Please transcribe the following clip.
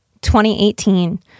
2018